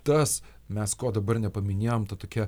tas mes ko dabar nepaminėjom ta tokia